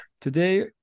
Today